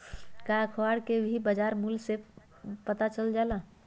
का अखबार से भी बजार मूल्य के पता चल जाला?